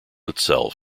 itself